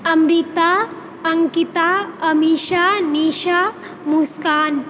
Amrita Ankita Amisha Nisha Muskan